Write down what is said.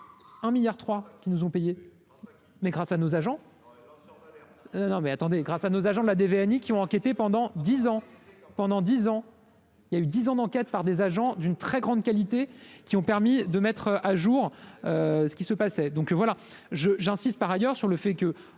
un milliard trois qui nous ont payé mais grâce à nos agents non mais attendez, grâce à nos agents de la DV Annie qui ont enquêté pendant 10 ans, pendant 10 ans, il y a eu 10 ans d'enquête, par des agents d'une très grande qualité qui ont permis de mettre à jour ce qui se passait, donc voilà je j'insiste par ailleurs sur le fait que